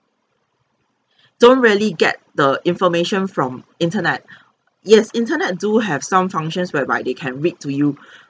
don't really get the information from internet yes internet do have some functions whereby they can read to you